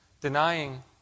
denying